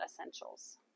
essentials